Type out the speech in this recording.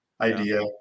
idea